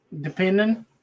depending